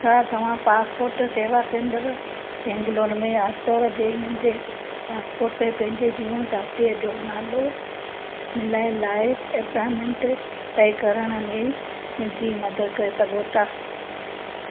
छा तव्हां पासपोर्ट सेवा केंद्र बैंगलोर में आर्तवार जे मुंहिंजे पासपोर्ट में पंहिंजे जीवनसाथी जो नालो मिलाइण लाइ अपॉइंटमेंट तय करण में मुंहिंजी मदद करे सघो था